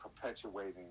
perpetuating